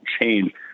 change